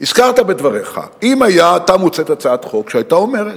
הזכרת בדבריך: אם היתה מוצעת הצעת חוק שהיתה אומרת: